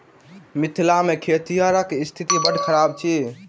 मिथिला मे खेतिहरक स्थिति बड़ खराब अछि